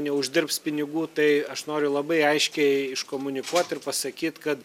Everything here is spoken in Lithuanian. neuždirbs pinigų tai aš noriu labai aiškiai iškomunikuot ir pasakyt kad